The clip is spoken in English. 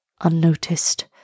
unnoticed